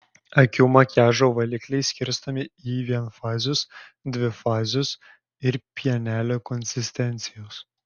akių makiažo valikliai skirstomi į vienfazius dvifazius ir pienelio konsistencijos